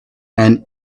and